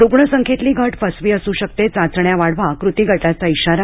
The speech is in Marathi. रुग्ण संख्येतली घट फसवी असू शकते चाचण्या वाढवा क्रतीगटाचा इशारा